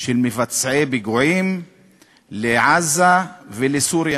של מבצעי פיגועים לעזה ולסוריה.